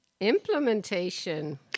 implementation